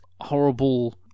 horrible